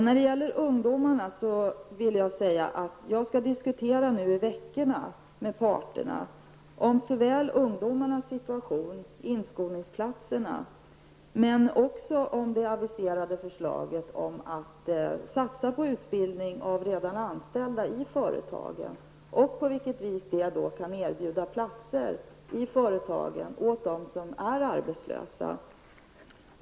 När det gäller ungdomarna vill jag säga att jag under de närmaste veckorna skall diskutera med parterna såväl ungdomarnas situation och inskolningsplatserna som det aviserade förslaget om satsning på utbildning av redan anställda i företagen och på vilket vis det kan erbjuda platser i företagen åt arbetslösa.